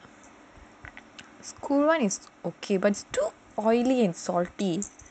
school [one] is okay but it's too oily and salty